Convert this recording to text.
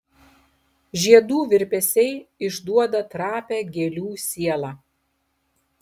žiedų virpesiai išduoda trapią gėlių sielą